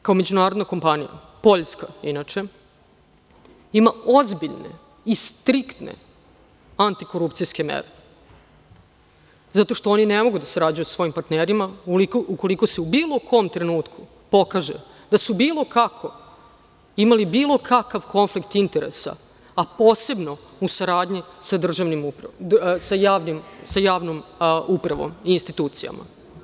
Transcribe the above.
Ta kompanija kao međunarodna kompanija, Poljska inače, ima ozbiljne i striktne antikorupcijske mere, zato što oni ne mogu da sarađuju sa svojim partnerima ukoliko se u bilo kom trenutku pokaže da su bilo kako imali bilo kakav konflikt interesa, a posebno u saradnji sa javnom upravom i institucijama.